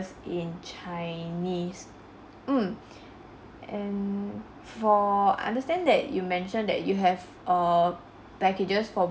~rse in chinese mm and for I understand that you mentioned that you have uh packages for